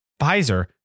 Pfizer